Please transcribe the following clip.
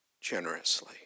generously